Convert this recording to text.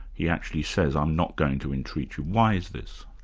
he actually says, i'm not going to entreat you. why is this?